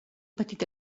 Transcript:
petit